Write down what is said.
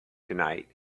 tonight